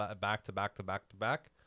back-to-back-to-back-to-back